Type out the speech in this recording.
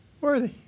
worthy